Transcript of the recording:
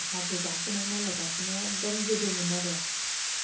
हाजो गाखोनाय नालाय गाखोनाय आरो एखदम गोदोमोन आरो